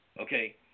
Okay